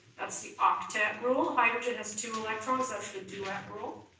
that's the octet rule. hydrogen has two electrons, that's the duet rule.